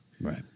Right